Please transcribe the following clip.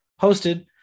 hosted